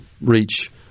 reach